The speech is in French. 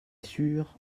sûr